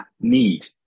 need